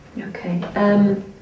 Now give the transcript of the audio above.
Okay